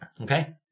Okay